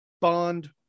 bond